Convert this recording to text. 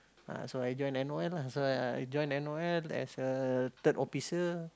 ah so I join n_o_l lah so I I join n_o_l as a third officer